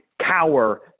cower